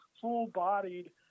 full-bodied